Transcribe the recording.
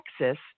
Texas